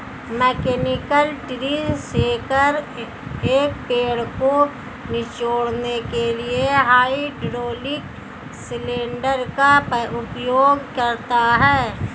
mechanical tree shaker, एक पेड़ को निचोड़ने के लिए हाइड्रोलिक सिलेंडर का उपयोग करता है